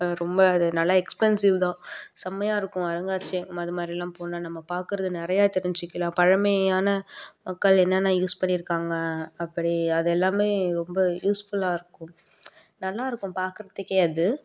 ரொம்ப அது நல்லா எக்ஸ்பென்சிவ் தான் செம்மையாருக்கும் அருங்காட்சியம் அது மாதிரிலாம் போனால் நம்ம பாக்கிறது நிறைய தெரிஞ்சுக்கலாம் பழமையான மக்கள் என்னென்ன யூஸ் பண்ணியிருக்காங்க அப்படி அது எல்லாம் ரொம்ப யூஸ்ஃபுல்லாயிருக்கும் நல்லாயிருக்கும் பாக்கிறதுக்கே அது